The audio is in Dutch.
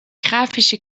grafische